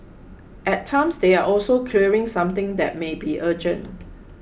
at times they are also clearing something that may be urgent